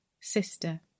Sister